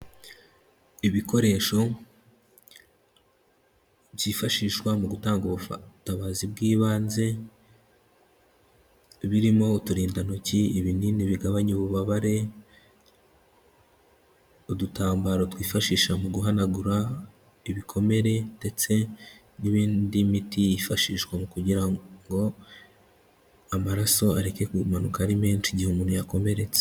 Ibikoresho byifashishwa mu gutanga ubutabazi bw'ibanze birimo uturindantoki, ibinini bigabanya ububabare, udutambaro twifashisha mu guhanagura ibikomere ndetse n'indi miti yifashishwa kugira ngo amaraso areke kumanuka ari menshi igihe umuntu yakomeretse.